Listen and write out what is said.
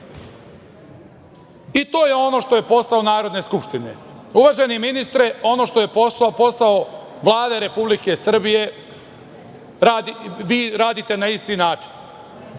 To je ono što je posao Narodne skupštine. Uvaženi ministre, ono što je posao Vlade Republike Srbije, vi radite na isti način.